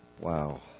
wow